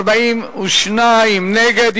42 נגד.